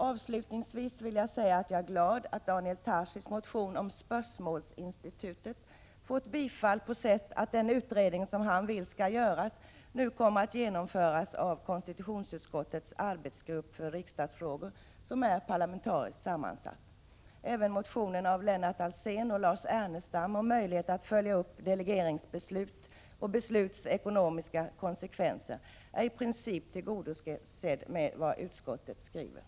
Avslutningsvis vill jag säga att jag är glad över att Daniel Tarschys motion om spörsmålsinstitutet vunnit bifall på så sätt att den utredning som han efterlyser nu kommer att genomföras av konstitutionsutskottets arbetsgrupp för riksdagsfrågor, som är parlamentariskt sammansatt. Även motionen av Lennart Alsén och Lars Ernestam om möjlighet att följa upp delegeringsbeslut och besluts ekonomiska konsekvenser har i princip blivit tillgodosedd genom utskottets skrivning.